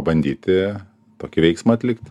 bandyti tokį veiksmą atlikti